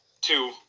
two